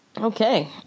okay